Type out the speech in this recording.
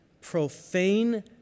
profane